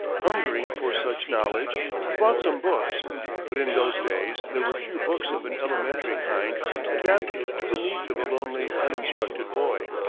hungering for such knowledge, he bought some books but in those days there were few books of an elementary kind adapted to the needs of a lonely, uninstructed boy.